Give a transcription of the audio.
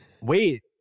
Wait